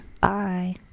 Bye